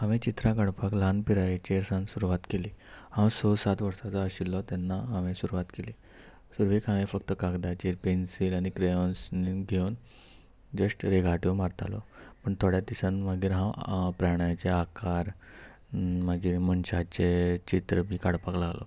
हांवें चित्रां काडपाक ल्हान पिरायेचेर सान सुरवात केली हांव स सात वर्साचो आशिल्लो तेन्ना हांवें सुरवात केली सुरवेक हांवें फक्त कागदाचेर पेन्सील आनी क्रेयॉन्स घेवन जस्ट रेगाट्यो मारतालो पूण थोड्या दिसान मागीर हांव प्राण्याचे आकार मागीर मनशाचें चित्र बी काडपाक लागलो